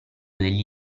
degli